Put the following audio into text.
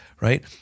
right